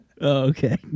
Okay